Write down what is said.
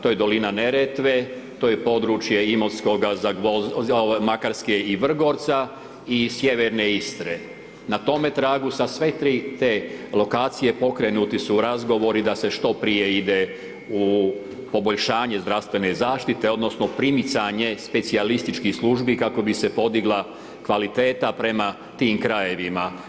To je dolina Neretve, to je područje Imotskoga, Makarske i Vrgorca i sjeverne Istre, na tome tragu za sve tri te lokacije pokrenuti su razgovori da se što prije ide u poboljšanje zdravstven zaštite odnosno primicanje specijalističkih službi kako bi se podigla kvaliteta prema tim krajevima.